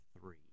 three